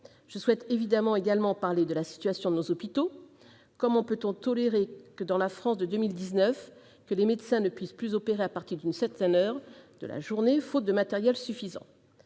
Je souhaite également parler de la situation de nos hôpitaux. Comment peut-on tolérer que, dans la France de 2019, les médecins ne puissent plus opérer à partir d'une certaine heure de la journée, faute de matériel suffisant ?